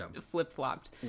flip-flopped